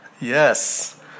yes